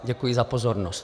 Děkuji za pozornost.